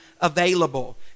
available